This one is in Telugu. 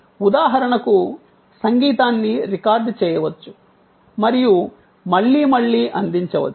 కాబట్టి ఉదాహరణకు సంగీతాన్ని రికార్డ్ చేయవచ్చు మరియు మళ్లీ మళ్లీ అందించవచ్చు